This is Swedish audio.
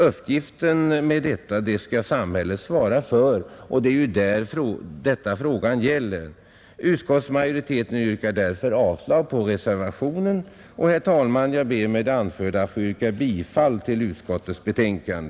Uppgiften med detta skall samhället svara för. Det är detta frågan gäller, Utskottsmajoriteten yrkar därför avslag på motionen och, herr talman, jag ber med det anförda att få yrka bifall till utskottets förslag.